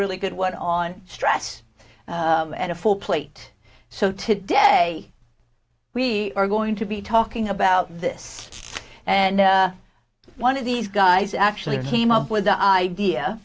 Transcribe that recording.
really good what on stress and a full plate so today we are going to be talking about this and one of these guys actually came up with the idea